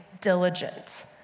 diligent